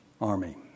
army